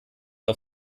auf